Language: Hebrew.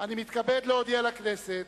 אני מתכבד להודיע לכנסת,